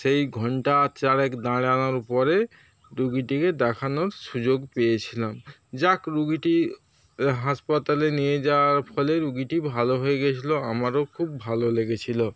সেই ঘন্টা চারেক দাঁড়ানোর পরে রুগীটিকে দেখানোর সুযোগ পেয়েছিলাম যাক রুগীটি হাসপাতালে নিয়ে যাওয়ার ফলে রুগীটি ভালো হয়ে গেছিলো আমারও খুব ভালো লেগেছিলো